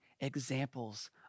examples